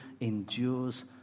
endures